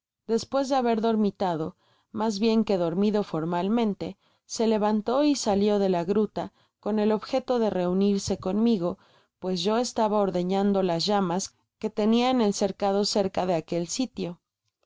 despues de haber dormitado mas bien que dormido formalmente se levantó y salió de la gruta con el objeto de reunirse conmigo pues yo estaba ordeñando las llamas que tenia en el cercado cerca de aquel sitio